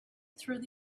through